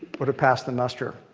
but passed the muster.